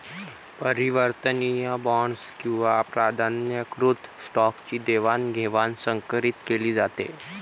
परिवर्तनीय बॉण्ड्स किंवा प्राधान्यकृत स्टॉकची देवाणघेवाण संकरीत केली जाते